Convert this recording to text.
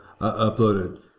uploaded